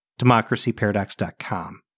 democracyparadox.com